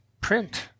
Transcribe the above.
print